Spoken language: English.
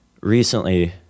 recently